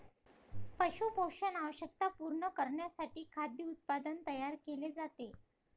पशु पोषण आवश्यकता पूर्ण करण्यासाठी खाद्य उत्पादन तयार केले जाते